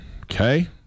okay